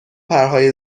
پرهای